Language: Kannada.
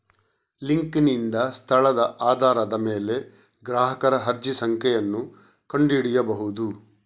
ಲಿಂಕಿನಿಂದ ಸ್ಥಳದ ಆಧಾರದ ಮೇಲೆ ಗ್ರಾಹಕರ ಅರ್ಜಿ ಸಂಖ್ಯೆಯನ್ನು ಕಂಡು ಹಿಡಿಯಬಹುದು